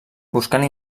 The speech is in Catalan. buscant